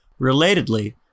Relatedly